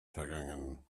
vergangen